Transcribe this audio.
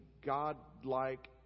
God-like